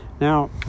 Now